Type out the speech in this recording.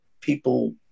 people